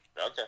Okay